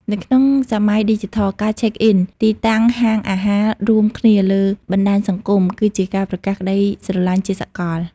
នៅក្នុងសម័យឌីជីថល ការឆែកអ៊ិន (Check-in) ទីតាំងហាងអាហាររួមគ្នាលើបណ្ដាញសង្គម គឺជាការប្រកាសក្ដីស្រឡាញ់ជាសកល។